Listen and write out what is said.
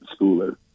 schooler